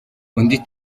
undi